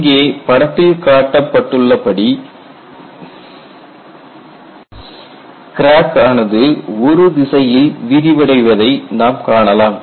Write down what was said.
இங்கே படத்தில் காட்டப்பட்டுள்ளபடி கிராக் ஆனது ஒரு திசையில் விரிவடைவதை நாம் காணலாம்